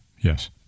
yes